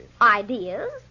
Ideas